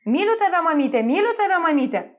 myliu tave mamyte myliu tave mamyte